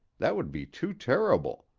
that would be too terrible!